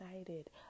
excited